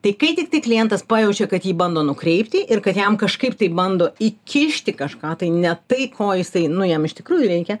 tai kai tiktai klientas pajaučia kad jį bando nukreipti ir kad jam kažkaip tai bando įkišti kažką tai ne tai ko jisai nu jam iš tikrųjų reikia